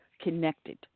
connected